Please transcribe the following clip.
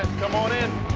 come on in.